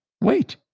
wait